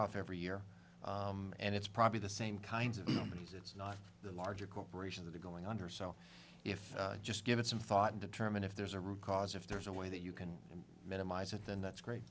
off every year and it's probably the same kinds of numbers it's not the larger corporations that are going under so if i just give it some thought determine if there's a root cause if there's a way that you can minimize it then that's great